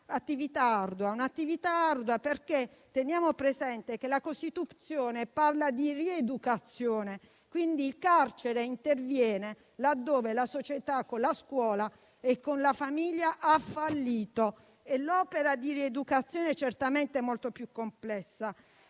un'attività ardua. Teniamo infatti presente che la Costituzione parla di rieducazione e quindi il carcere interviene laddove la società, con la scuola e la famiglia, ha fallito e l'opera di rieducazione è certamente molto più complessa.